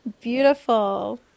beautiful